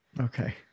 Okay